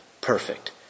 perfect